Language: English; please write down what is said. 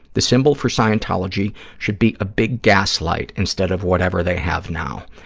the symbol for scientology should be a big gaslight instead of whatever they have now.